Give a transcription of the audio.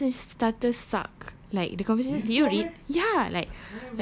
ya but the conversation starter suck like the conversation did you read ya like